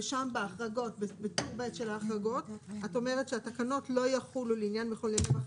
ושם בטור ב' של ההחרגות את אומרת שהתקנות לא יחולו לעניין מחוללי מחלה,